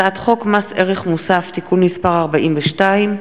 הצעת חוק מס ערך מוסף (תיקון מס' 42),